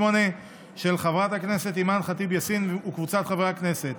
פ/2688/24 של חברת הכנסת אימאן ח'טיב יאסין וקבוצת חברי הכנסת,